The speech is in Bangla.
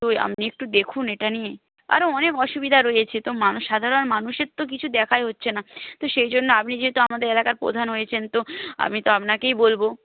তো আপনি একটু দেখুন এটা নিয়ে আরও অনেক অসুবিধা রয়েছে তো মানুষ সাধারণ মানুষের তো কিছু দেখাই হচ্ছে না তো সেই জন্য আপনি যেহেতু আমাদের এলাকার প্রধান হয়েছেন তো আমি তো আপনাকেই বলবো